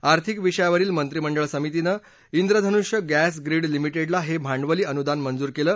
आर्थिक विषयावरील मंत्रीमंडळ समितीनं िंदु धनुष्य गॅस ग्रीड लिमि िंडला हे भांडवली अनुदान मंजूर केलं